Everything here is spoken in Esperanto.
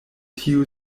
tiu